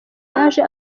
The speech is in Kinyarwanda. yaje